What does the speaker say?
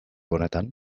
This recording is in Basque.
honetan